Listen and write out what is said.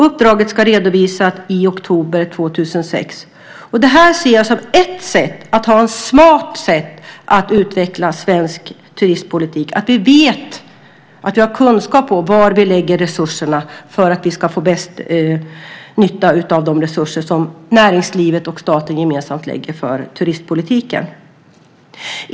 Uppdraget ska redovisas i oktober 2006. Det här ser jag som ett smart sätt att utveckla svensk turistpolitik, att vi har kunskap om var vi lägger resurserna för att få bäst nytta av de resurser som näringslivet och staten gemensamt lägger på turistpolitiken.